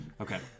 okay